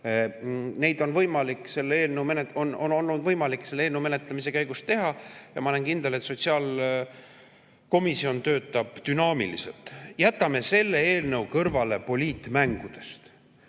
on olnud võimalik selle eelnõu menetlemise käigus teha. Ja ma olen kindel, et sotsiaalkomisjon töötab dünaamiliselt. Jätame selle eelnõu kõrvale poliitmängudest.